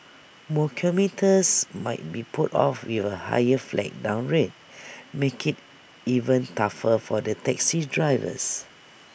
more commuters might be put off with A higher flag down rate making IT even tougher for the taxi drivers